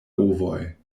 ovoj